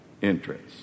interest